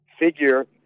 figure